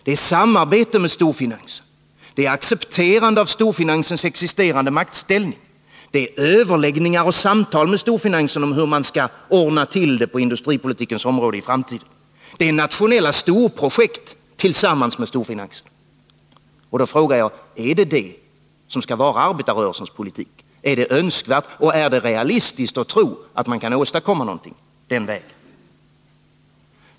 Det är samarbete med storfinansen. Det är accepterande av storfinansens existerande maktställning. Det är överläggningar och samtal med storfinansen om hur man skall ordna till det på industripolitikens område i framtiden. Det är nationella storprojekt tillsammans med storfinansen. Och då frågar jag: Är det det som skall vara arbetarrörelsens politik? Är det önskvärt, och är det realistiskt att tro, att man kan åstadkomma någonting den vägen?